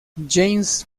james